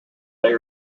they